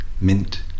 Mint